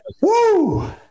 Woo